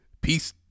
peace